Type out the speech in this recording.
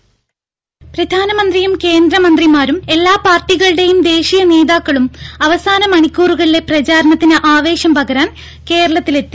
audio രും പ്രധാനമന്ത്രിയും കേന്ദ്ര മന്ത്രിമാരും എല്ലാ പാർട്ടികളുടെയും ദേശീയ നേതാക്കളും അവസാന മണിക്കൂറുകളിലെ പ്രചാരണത്തിന് ആവേശം പകരാൻ കേരളത്തിലെത്തി